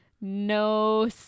no